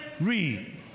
Read